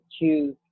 choose